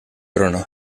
trono